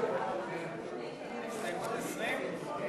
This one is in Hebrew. נגד, 50, אין